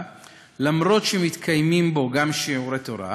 למרות שמתקיימים בו גם שיעורי תורה,